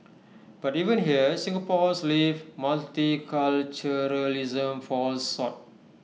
but even here Singapore's lived multiculturalism falls short